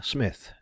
Smith